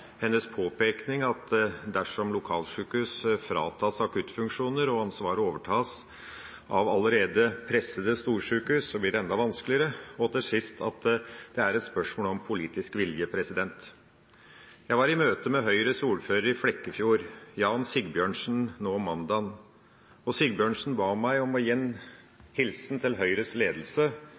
hennes påpekning av at dersom lokalsykehus fratas akuttfunksjoner og ansvaret overtas av allerede pressede storsykehus, blir det enda vanskeligere, og til sist at det er et spørsmål om politisk vilje. Jeg var i møte med Høyres ordfører i Flekkefjord, Jan Sigbjørnsen, nå mandag. Sigbjørnsen ba meg om å gi en hilsen til Høyres ledelse,